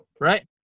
right